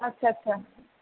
ਅੱਛਾ ਅੱਛਾ